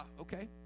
okay